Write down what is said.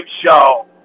show